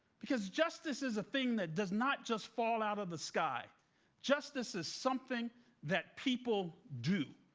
because justice is a thing that does not just fall out of the sky justice is something that people do.